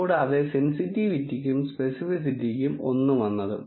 കൂടാതെ സെന്സിറ്റിവിറ്റിക്കും സ്പെസിഫിസിറ്റിക്കും ഒന്ന് വന്നതും